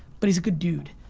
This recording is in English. but he's a good dude.